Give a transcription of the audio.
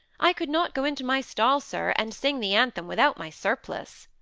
i could not go into my stall, sir, and sing the anthem without my surplice.